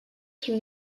sous